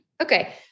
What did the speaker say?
Okay